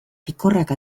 pikorrak